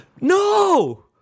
no